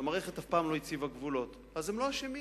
שהמערכת אף פעם לא הציבה גבולות, אז הם לא אשמים.